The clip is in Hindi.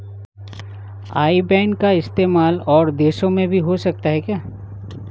आई बैन का इस्तेमाल और देशों में भी हो सकता है क्या?